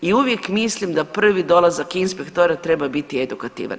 I uvijek mislim da prvi dolazak inspektora treba biti edukativan.